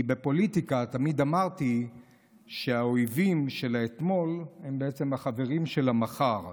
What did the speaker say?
כי בפוליטיקה תמיד אמרתי שהאויבים של האתמול הם בעצם החברים של המחר,